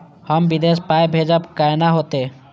हम विदेश पाय भेजब कैना होते?